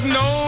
no